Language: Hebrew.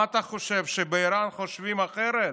מה אתה חושב, שבאיראן חושבים אחרת?